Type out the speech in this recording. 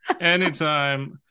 anytime